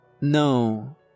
No